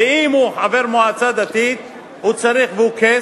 אם הוא חבר מועצה דתית והוא קייס,